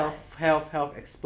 advertisement for what